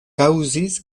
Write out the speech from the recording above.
kaŭzis